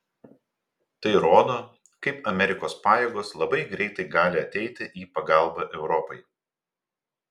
tai rodo kaip amerikos pajėgos labai greitai gali ateiti į pagalbą europai